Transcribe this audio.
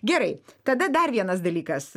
gerai tada dar vienas dalykas